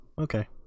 okay